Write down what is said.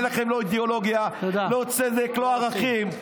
אין לכם לא אידיאולוגיה, לא צדק, לא ערכים.